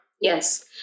yes